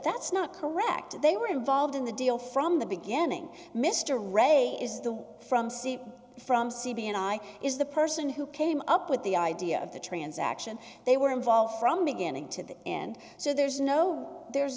that's not correct they were involved in the deal from the beginning mr reggae is the from c from c b and i is the person who came up with the idea of the transaction they were involved from beginning to the end so there's no there's